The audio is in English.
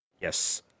Yes